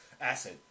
Acid